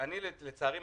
לצערי,